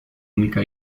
única